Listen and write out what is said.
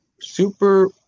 Super –